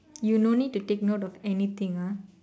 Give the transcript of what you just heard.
you no need to take note of anything ah